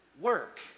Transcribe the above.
work